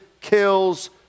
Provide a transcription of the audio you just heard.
kills